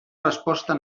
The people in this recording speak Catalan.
resposta